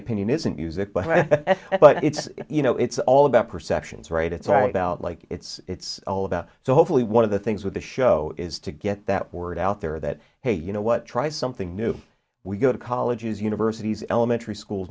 opinion isn't using it but it's you know it's all about perceptions right it's right about like it's it's all about so hopefully one of the things with the show is to get that word out there that hey you know what try something new we go to colleges universities elementary school